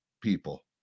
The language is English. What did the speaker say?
people